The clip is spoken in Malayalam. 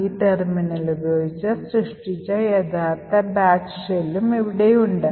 ഈ ടെർമിനൽ ഉപയോഗിച്ച് സൃഷ്ടിച്ച യഥാർത്ഥ ബാച്ച് ഷെല്ലും ഇവിടെയുണ്ട്